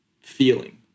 feeling